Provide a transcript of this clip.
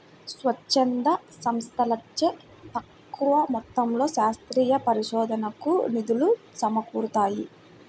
స్వచ్ఛంద సంస్థలచే తక్కువ మొత్తంలో శాస్త్రీయ పరిశోధనకు నిధులు సమకూరుతాయి